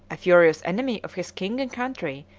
a furious enemy of his king and country,